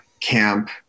camp